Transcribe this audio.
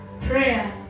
Prayer